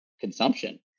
consumption